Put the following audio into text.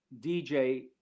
DJ